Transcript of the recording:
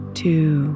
two